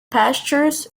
pastures